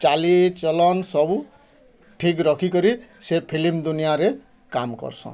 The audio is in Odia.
ଚାଲି ଚଲନ୍ ସବୁ ଠିକ୍ ରଖିକରି ସେ ଫିଲ୍ମ୍ ଦୁନିଆରେ କାମ୍ କର୍ସନ୍